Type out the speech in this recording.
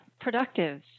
Productive